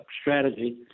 strategy